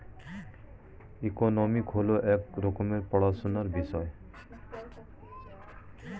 economics হল এক রকমের পড়াশোনার বিষয়